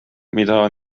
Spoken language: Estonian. mida